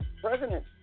President